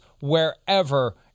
wherever